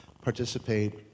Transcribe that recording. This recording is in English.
participate